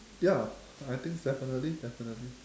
ya I think definitely definitely